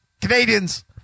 Canadians